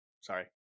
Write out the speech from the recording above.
sorry